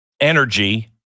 energy